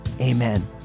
amen